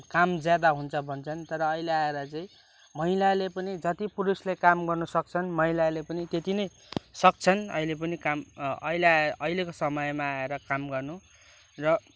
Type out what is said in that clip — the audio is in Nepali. काम ज्यादा हुन्छ भन्छन् तर अहिले आएर चाहिँ महिलाले पनि जति पुरुषले काम गर्नु सक्छन् महिलाले पनि त्यति नै सक्छन् अहिले पनि अहिलेको समयमा आएर काम गर्नु र